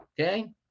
Okay